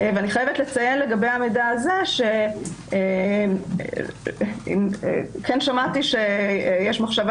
אני חייבת לציין לגבי המידע הזה שכן שמעתי שיש מחשבה